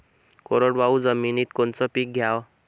कोरडवाहू जमिनीत कोनचं पीक घ्याव?